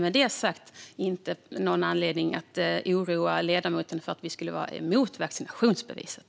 Med detta sagt finns det ingen anledning för ledamoten att oroa sig för att vi skulle vara emot vaccinationsbeviset.